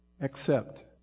accept